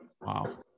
Wow